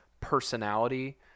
personality